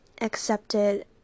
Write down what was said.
accepted